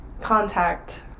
contact